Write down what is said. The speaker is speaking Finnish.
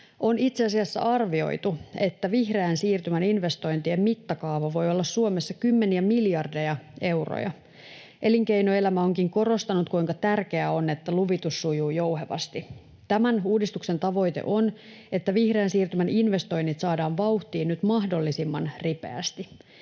On itse asiassa arvioitu, että vihreän siirtymän investointien mittakaava voi olla Suomessa kymmeniä miljardeja euroja. Elinkeinoelämä onkin korostanut, kuinka tärkeää on, että luvitus sujuu jouhevasti. Tämän uudistuksen tavoite on, että vihreän siirtymän investoinnit saadaan vauhtiin nyt mahdollisimman ripeästi.